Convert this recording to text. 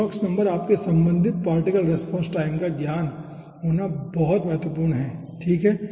तो Stokes number आपके संबंधित पार्टिकल रेस्पॉन्स टाइम का ज्ञान होना बहुत महत्वपूर्ण है ठीक है